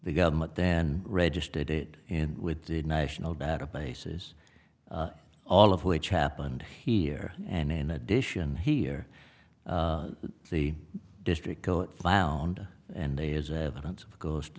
the government then registered it in with the national databases all of which happened here and in addition here in the district go it found and they is evidence of g